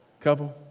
couple